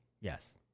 Yes